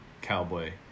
cowboy